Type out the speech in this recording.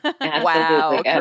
Wow